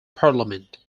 parliament